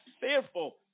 fearful